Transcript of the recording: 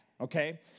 Okay